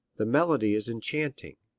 the melody is enchanting.